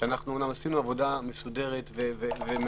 שאנחנו אומנם עשינו עבודה מסודרת ומעמיקה,